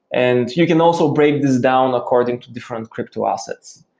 and you can also break this down according to different crypto assets.